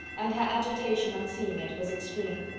and her agitation on seeing it was extreme.